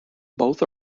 both